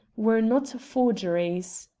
were not forgeries.